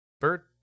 Bert